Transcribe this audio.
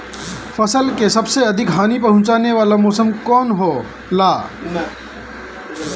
फसल के सबसे अधिक हानि पहुंचाने वाला मौसम कौन हो ला?